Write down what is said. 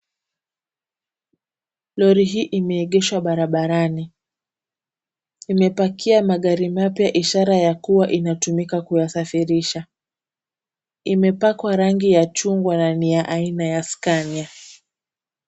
Lori hili limeegeshwa barabarani . Limepakia magari mapya ishara ya kuwa linatumika kuyasafirisha . Limepakwa rangi ya chungwa na ni aina ya Scania.